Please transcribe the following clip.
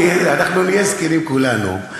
נהיה זקנים כולנו,